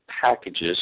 packages